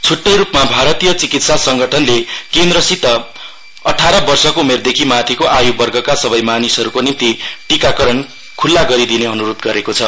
छ्ट्टै रूपमा भारतीय चिकित्सा संगठनले केन्द्रसित अठार वर्षको उमेरदेखि माथिको आय् वर्गका सबै मानिसहरूको निम्ति टीकाकरण ख्ल्ला गरिदिने अन्रोध गरेको छ